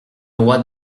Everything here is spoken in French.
roi